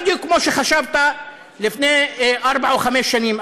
בדיוק כמו שחשבת לפני ארבע או חמש שנים,